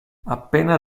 appena